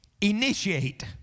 initiate